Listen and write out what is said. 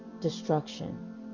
destruction